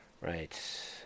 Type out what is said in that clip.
right